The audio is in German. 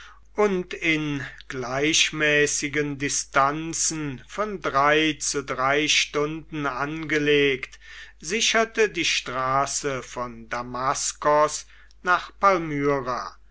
und in gleichmäßigen distanzen von drei zu drei stunden angelegt sicherte die straße von damaskos nach